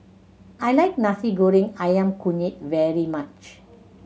I like Nasi Goreng Ayam Kunyit very much